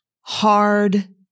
hard